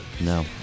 No